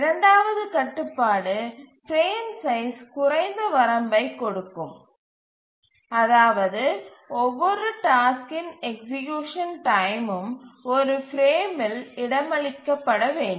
இரண்டாவது கட்டுப்பாடு frame size குறைந்த வரம்பைக் கொடுக்கும் அதாவது ஒவ்வொரு டாஸ்க்கின் எக்சீக்யூசன் டைமும் ஒரு பிரேமில் இடமளிக்கப்பட வேண்டும்